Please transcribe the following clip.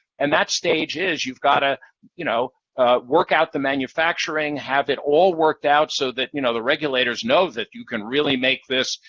and that stage is, you've got to you know work out the manufacturing, have it all worked out so that you know the regulators know that you can really make this,